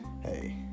hey